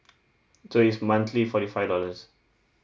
so is monthly forty five dollars